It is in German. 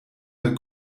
der